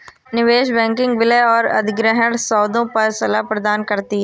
निवेश बैंकिंग विलय और अधिग्रहण सौदों पर सलाह प्रदान करती है